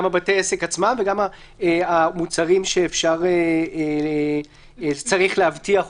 גם בתי העסק עצמם וגם המוצרים שצריך להבטיח אותם?